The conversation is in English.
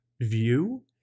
view